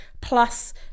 plus